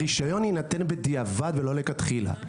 הרישיון יינתן בדיעבד ולא מלכתחילה.